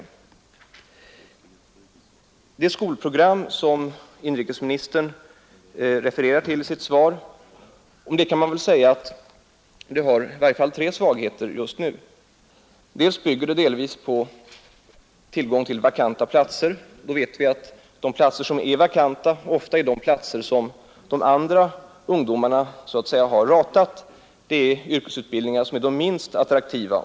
Om det skolprogram som inrikesministern refererar till i sitt svar kan man väl säga att det har i varje fall tre svagheter. Det bygger delvis på tillgång till vakanta platser, och vi vet att de platser som är vakanta ofta är de platser som de andra ungdomarna har ratat — det är vanligen yrkesutbildningar som är de minst attraktiva.